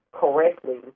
correctly